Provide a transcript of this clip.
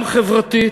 גם חברתית,